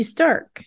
Stark